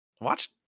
Watch